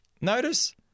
Notice